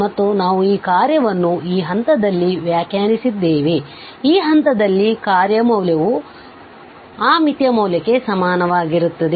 ಮತ್ತು ನಾವು ಈ ಕಾರ್ಯವನ್ನು ಈ ಹಂತದಲ್ಲಿ ವ್ಯಾಖ್ಯಾನಿಸಿದ್ದೇವೆ ಈ ಹಂತದಲ್ಲಿ ಕಾರ್ಯ ಮೌಲ್ಯವು ಆ ಮಿತಿಯ ಮೌಲ್ಯಕ್ಕೆ ಸಮನಾಗಿರುತ್ತದೆ